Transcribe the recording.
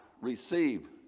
receive